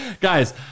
Guys